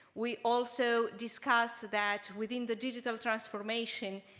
we also discuss that within the digital transformation,